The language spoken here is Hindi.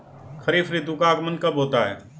खरीफ ऋतु का आगमन कब होता है?